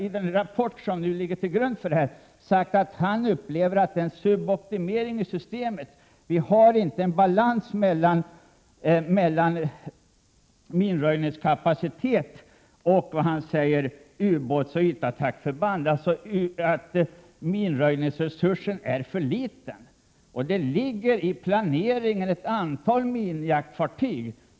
i den rapport som ligger till grund för propositionen sagt att han upplever att det är en suboptimering. Vi har inte balans mellan minröjningskapacitet och ubåtsoch ytattacksförband. Minröjningsresursen är för liten. I planeringen ingår ett antal minjaktfartyg.